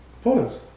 photos